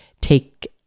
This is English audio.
take